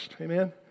amen